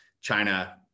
China